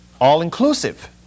all-inclusive